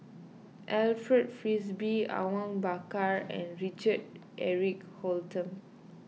Alfred Frisby Awang Bakar and Richard Eric Holttum